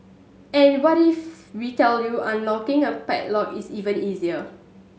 and what if we tell you unlocking a padlock is even easier